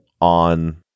on